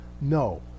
No